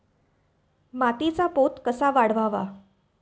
मातीचा पोत कसा वाढवावा?